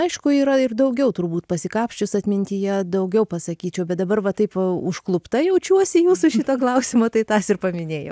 aišku yra ir daugiau turbūt pasikapsčius atmintyje daugiau pasakyčiau bet dabar va taip va užklupta jaučiuosi jūsų šito klausimo tai tas ir paminėjau